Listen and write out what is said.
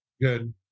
Good